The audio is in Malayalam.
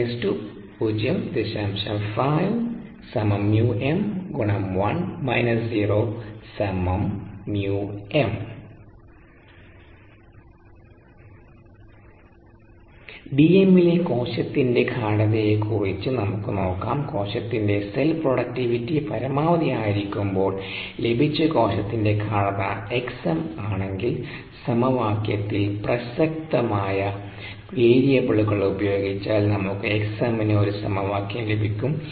Dm ലെ കോശത്തിനൻറെ ഗാഢതയെ കുറിച്ച് നമുക്ക് നോക്കാം കോശത്തിനൻറെ സെൽ പ്രൊഡക്റ്റിവിറ്റി പരമാവധി ആയിരിക്കുമ്പോൾ ലഭിച്ച കോശത്തിനൻറെ ഗാഢത xm ആണെങ്കിൽ സമവാക്യത്തിൽ പ്രസക്തമായ വേരിയബിളുകൾ ഉപയോഗിച്ചാൽ നമുക്ക് xm ന് ഒരു സമവാക്യം ലഭിക്കും